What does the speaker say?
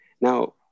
Now